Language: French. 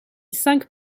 cinq